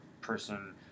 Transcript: person